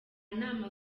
nama